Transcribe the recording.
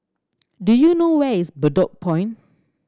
do you know where is Bedok Point